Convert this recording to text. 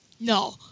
No